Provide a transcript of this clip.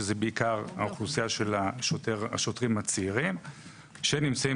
שהיא בעיקר האוכלוסייה של השוטרים הצעירים שנמצאים